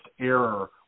error